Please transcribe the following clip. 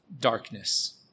darkness